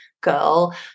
girl